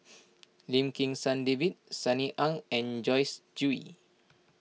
Lim Kim San David Sunny Ang and Joyce Jue